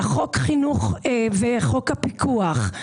וחוק הפיקוח.